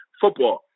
football